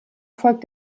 folgt